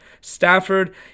Stafford